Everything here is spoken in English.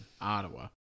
Ottawa